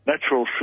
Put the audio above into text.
natural